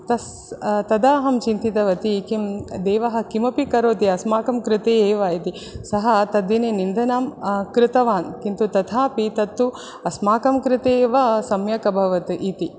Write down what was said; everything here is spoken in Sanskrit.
तस् तदा अहं चिन्तितवती किं देवः किमपि करोति अस्माकं कृते एव इति सः तद्दिने निन्दनं कृतवान् किन्तु तथापि तत्तु अस्माकं कृते एव सम्यक् अभवत् इति